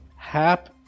Hap